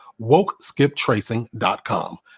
WokeSkipTracing.com